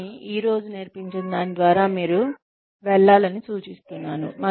కానీ ఈ రోజు నేర్పించినదాని ద్వారా మీరు వెళ్లాలని నేను సూచిస్తున్నాను